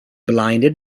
blinded